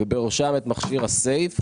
ובראשם את מכשיר הסייף.